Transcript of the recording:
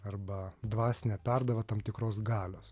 arba dvasinė perdava tam tikros galios